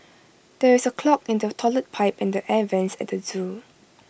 there is A clog in the Toilet Pipe and the air Vents at the Zoo